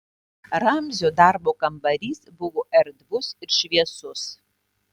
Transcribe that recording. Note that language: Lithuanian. ramzio darbo kambarys buvo erdvus ir šviesus